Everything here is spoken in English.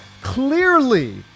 clearly